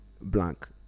blank